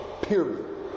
period